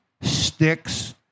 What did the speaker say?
sticks